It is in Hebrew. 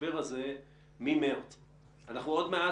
צריך לעשות את זה ברמת פשטות שמתאימה בין אם זה עסק